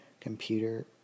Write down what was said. computer